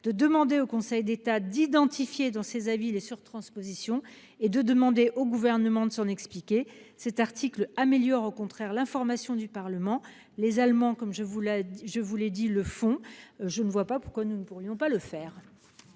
de demander au Conseil d'État d'identifier dans ses avis les surtranspositions et de demander au Gouvernement de s'en expliquer. Cet article améliore l'information du Parlement. Les Allemands le font, je ne vois pas pourquoi nous ne le pourrions pas ! Quel